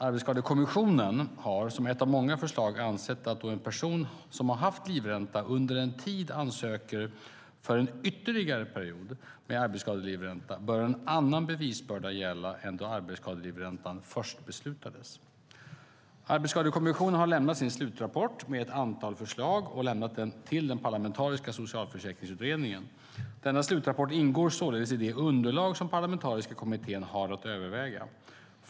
Arbetsskadekommissionen har, som ett av många förslag, ansett att då en person som haft livränta under en tid ansöker för en ytterligare period med arbetsskadelivränta bör en annan bevisbörda gälla än då arbetsskadelivränta först beslutades. Arbetsskadekommissionen har lämnat sin slutrapport med ett antal förslag till den parlamentariska socialförsäkringsutredningen. Denna slutrapport ingår således i det underlag som den parlamentariska kommittén har att överväga.